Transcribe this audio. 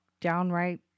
downright